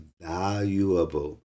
valuable